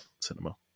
cinema